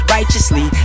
Righteously